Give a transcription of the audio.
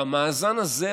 במאזן הזה,